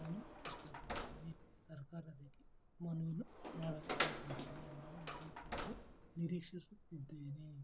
ನಾನು ಇಷ್ಟಪಡ್ತೀನಿ ಸರ್ಕಾರ ಅದಕ್ಕೆ ಮನ್ವಿಯನ್ನು ಮಾಡ ಮಾಡಿಕೊಂತೀನಿ ಮಾಡು ಮಾಡಿಕೊಳ್ಳಲು ನಿರೀಕ್ಷಿಸುತ್ತಿದ್ದೇನೆ